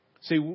See